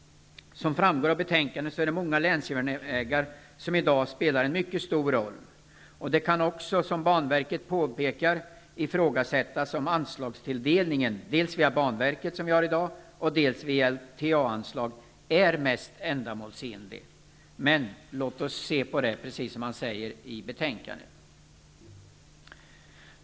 Som framgår av betänkandet spelar många länsjärnvägar en mycket stor roll i dag. Som banverket påpekar kan det ifrågasättas om anslagstilldelningen -- dels via banverket, vilket gäller i dag, dels vis LTA-anslag -- är den ändamålsenligaste. Låt oss se på den frågan, som det sägs i betänkandet.